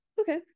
Okay